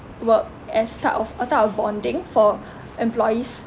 work as type of a type of bonding for employees